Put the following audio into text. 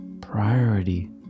priority